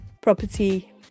property